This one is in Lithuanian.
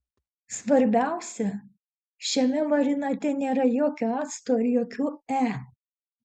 svarbiausia šiame marinate nėra jokio acto ir jokių e